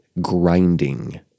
grinding